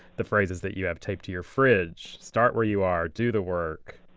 the phrases that you have taped to your fridge start where you are. do the work.